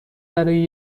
برای